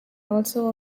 also